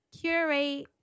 curate